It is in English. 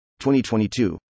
2022